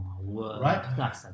Right